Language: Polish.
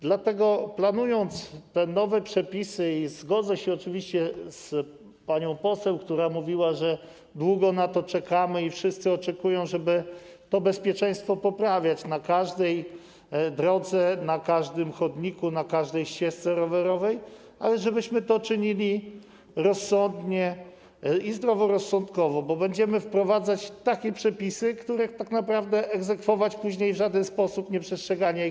Dlatego planując te nowe przepisy - zgodzę się oczywiście z panią poseł, która mówiła, że długo na to czekamy i wszyscy oczekują, żeby to bezpieczeństwo poprawiać na każdej drodze, na każdym chodniku, na każdej ścieżce rowerowej - chciałbym, żebyśmy to czynili rozsądnie i zdroworozsądkowo, bo będziemy wprowadzać takie przepisy, których tak naprawdę egzekwować później w żaden sposób się nie da, nieprzestrzegania ich.